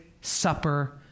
supper